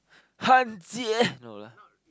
Han-Jie no lah